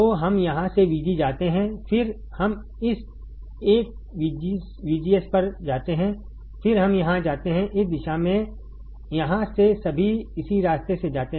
तो हम यहां से VG जाते हैं फिर हम इस 1 VGS पर जाते हैं फिर हम यहां जाते हैं इस दिशा में यहां से सभी इसी रास्ते से जाते हैं